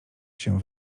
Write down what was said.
się